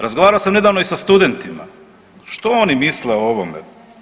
Razgovarao sam nedavno i sa studentima, što oni misle o ovome.